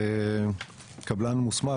וקבלן מוסמך,